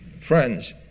Friends